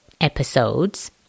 episodes